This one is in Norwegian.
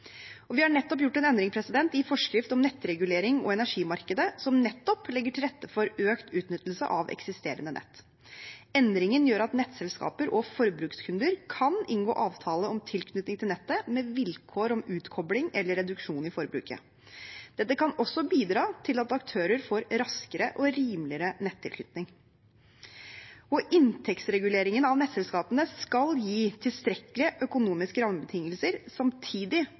Og vi har nettopp gjort en endring i forskrift om nettregulering og energimarkedet som nettopp legger til rette for utnyttelse av eksisterende nett. Endringen gjør at nettselskaper og forbrukskunder kan inngå avtale om tilknytning til nettet med vilkår om utkobling eller reduksjon i forbruket. Dette kan også bidra til at aktører får raskere og rimeligere nettilknytning. Inntektsreguleringen av nettselskapene skal gi tilstrekkelige økonomiske rammebetingelser samtidig